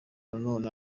nanone